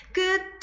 good